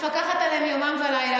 מפקחת עליהם יומם ולילה,